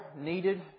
needed